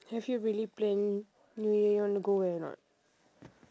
have you really planned new year you want to go where or not